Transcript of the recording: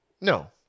No